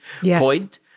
point